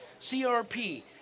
CRP